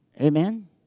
Amen